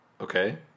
Okay